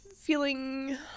feeling